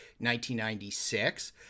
1996